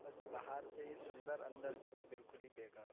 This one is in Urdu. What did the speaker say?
بس باہر سے ہی سندر اندر سے تو بالکل ہی بیکار